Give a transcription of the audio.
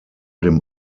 dem